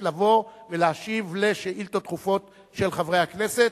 לבוא ולהשיב על שאילתות דחופות של חברי הכנסת,